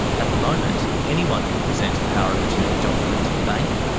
at the moment, anyone can present a power of attorney document to the bank,